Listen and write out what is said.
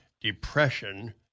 Depression